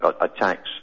attacks